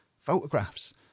photographs